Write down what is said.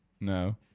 No